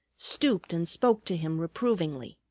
stooped and spoke to him reprovingly.